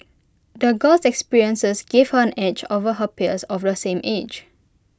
the girl's experiences gave her an edge over her peers of the same age